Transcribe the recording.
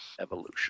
Evolution